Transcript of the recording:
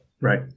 Right